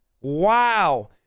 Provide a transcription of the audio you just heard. wow